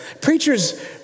Preacher's